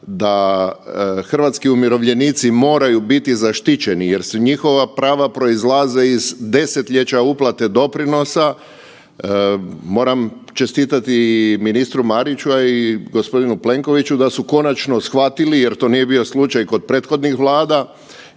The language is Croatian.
da hrvatski umirovljenici moraju biti zaštićeni jer su njihova prava proizlaze iz desetljeća uplate doprinosa, moram čestitati i ministru Mariću, a i gospodinu Plenkoviću da su konačno shvatili jer to nije bio slučaj kod prethodnih vlada